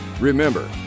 remember